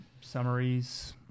summaries